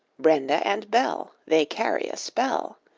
brenda and belle they carry a spell,